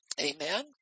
Amen